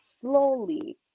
slowly